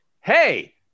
hey